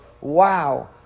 wow